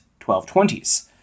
1220s